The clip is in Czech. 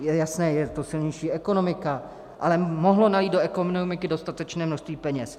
Je jasné, že je to silnější ekonomika, ale mohlo do ekonomiky jít dostatečné množství peněz.